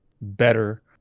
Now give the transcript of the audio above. better